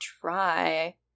try